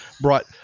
brought